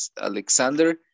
Alexander